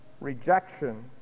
Rejection